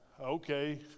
Okay